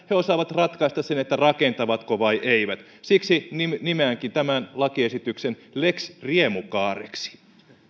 he osaavat ratkaista sen rakentavatko vai eivät siksi nimeänkin tämän lakiesityksen lex riemukaareksi